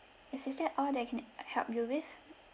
is it that all that I can help you with